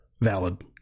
valid